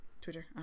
twitter